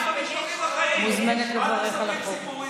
את מוזמנת לברך על החוק.